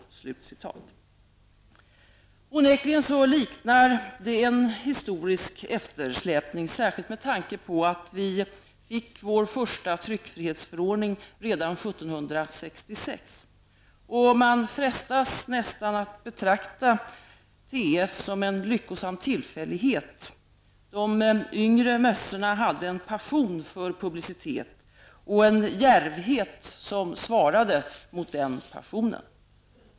Onekligen liknar det en historisk eftersläpning, särskilt med tanke på att vi fick vår första tryckfrihetsförordning redan 1766. Man frestas nästan att betrakta tryckfrihetsförordningen som en lyckosam tillfällighet -- de yngre mössorna hade en passion för publicitet och en djärvhet som svarade mot den passionen.